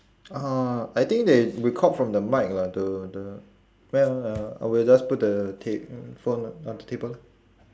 uh I think they record from the mic lah the the well uh well I'll just put the ta~ mm phone on the table lah